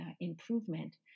improvement